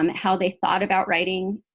um how they thought about writing.